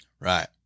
Right